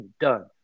done